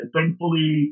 Thankfully